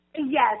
Yes